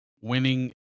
winning